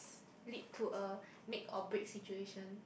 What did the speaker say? lead to a make operate situation